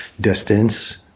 distance